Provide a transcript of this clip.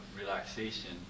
relaxation